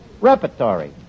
Repertory